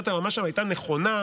עמדת היועמ"ש הייתה נכונה,